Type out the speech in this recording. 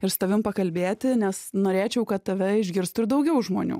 ir su tavimi pakalbėti nes norėčiau kad tave išgirstų ir daugiau žmonių